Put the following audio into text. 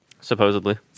Supposedly